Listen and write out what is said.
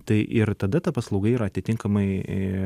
tai ir tada ta paslauga yra atitinkamai